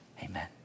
amen